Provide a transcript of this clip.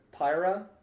Pyra